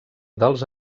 dels